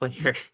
player